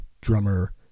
drummer